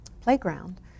playground